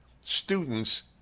students